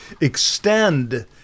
extend